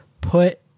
put